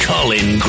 Colin